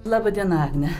laba diena agne